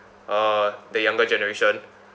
uh the younger generation